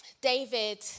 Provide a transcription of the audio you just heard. David